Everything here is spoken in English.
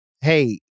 hey